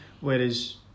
whereas